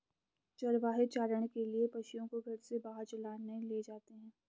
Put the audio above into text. चरवाहे चारण के लिए पशुओं को घर से बाहर चराने ले जाते हैं